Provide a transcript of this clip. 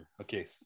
okay